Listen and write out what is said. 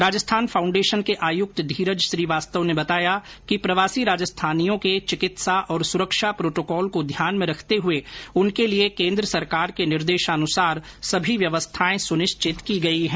Rajasthan foundation के आयुक्त धीरज श्रीवास्तव ने बताया कि प्रवासी राजस्थानियों के चिकित्सा और सुरक्षा प्रोटोकॉल को ध्यान में रखते हुए उनके लिए केन्द्र सरकार के निर्देशानुसार सभी व्यवस्थाएं सुनिश्चित की गई है